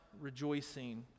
rejoicing